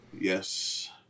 Yes